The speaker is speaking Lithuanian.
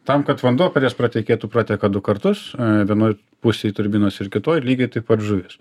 tam kad vanduo per jas pratekėtų prateka du kartus vienoj pusėj turbinos ir kitoj lygiai taip pat žuvys